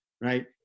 right